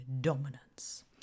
dominance